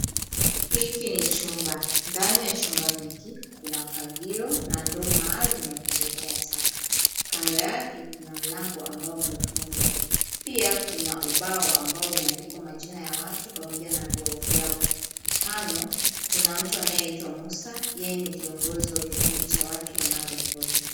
Hiki ni chumba, ndani ya chumba hiki kuna fagio na ndoo maalum ya kuzolea taka, kando yake kuna mlango ambao umefungwa, pia kuna ubao ambao umeandikwa majina ya watu pamoja na vyeo vyao, mfano kuna mtu anayeitwa Musa, yeye ni kiongozi wa kikundi cha watu wanaorekodi.